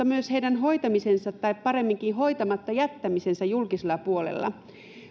myös heidän hoitamisensa tai paremminkin hoitamatta jättämisensä julkisella puolella